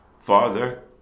Father